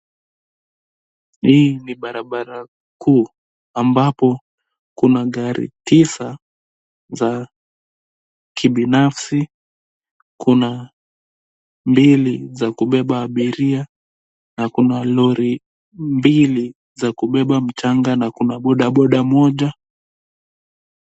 Hii ni barabara kuu ambapo kuna gari tisa za kibinafsi, kuna mbili za kubeba abiria na kuna lori mbili za kubeba mchanga na kuna bodaboda moja.